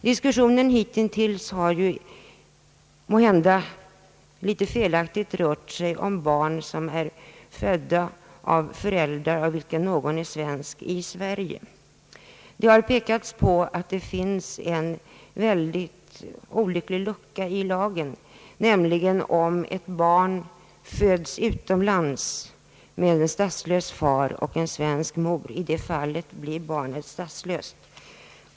Diskussionen hittills har ju, måhända felaktigt, rört sig om barn som är födda i Sverige av föräldrar, av vilka en är svensk. Det har emellertid påpekats att det finns en mycket olycklig lucka i lagen, som drabbar barn födda utomlands med statslös far och svensk mor. Sådana barn blir statslösa.